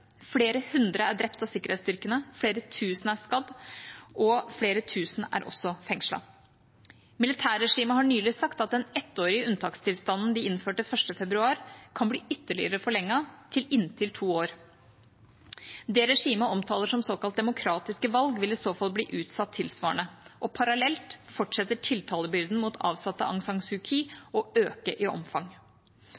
Flere hundre er drept av sikkerhetsstyrkene, flere tusen er skadet, og flere tusen er også fengslet. Militærregimet har nylig sagt at den ettårige unntakstilstanden de innførte 1. februar, kan bli ytterligere forlenget til inntil to år. Det regimet omtaler som demokratiske valg, vil i så fall bli utsatt tilsvarende. Parallelt fortsetter tiltalebyrden mot avsatte